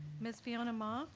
ms. fiona ma?